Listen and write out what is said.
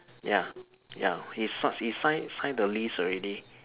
ya ya he sign he sign sign the lease already